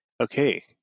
okay